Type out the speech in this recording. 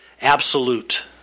absolute